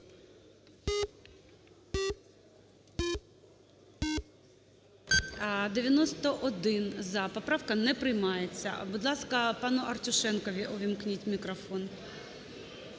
За-91 Поправка не приймається. Будь ласка, пану Артюшенкові увімкніть мікрофон.